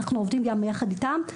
אנחנו עובדים גם ביחד איתם,